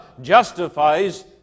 justifies